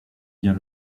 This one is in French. bien